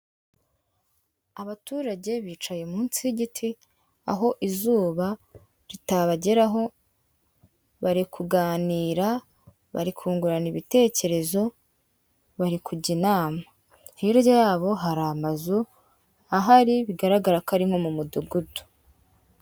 Abaturage bicaye munsi y'igiti, aho izuba ritabageraho, bari kuganira, bari kungurana ibitekerezo, bari kujya inama. Hirya yabo hari amazu ahari, bigaragara ko ari nko mu Mudugudu.